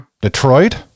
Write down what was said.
Detroit